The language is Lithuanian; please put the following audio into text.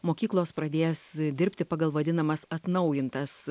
mokyklos pradės dirbti pagal vadinamas atnaujintas